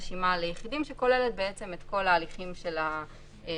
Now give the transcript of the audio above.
רשימה ליחידים שכוללת בעצם את כל ההליכים של היחידים,